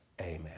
Amen